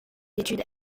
études